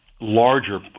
larger